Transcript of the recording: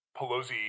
Pelosi